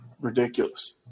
ridiculous